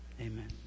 amen